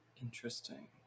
Interesting